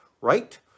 right